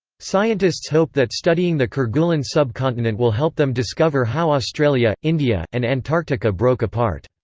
scientists hope that studying the kerguelen sub-continent will help them discover how australia, india, and antarctica broke apart.